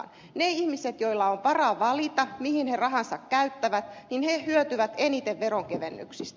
ne ihmiset joilla on varaa valita mihin he rahansa käyttävät he hyötyvät eniten veronkevennyksistä